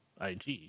IG